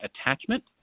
attachment